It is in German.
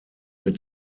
mit